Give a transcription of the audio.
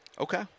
okay